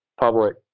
public